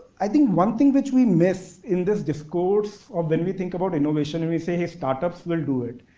i think one thing which we miss in this discourse of when we think about innovation and we say, hey, startups will do it.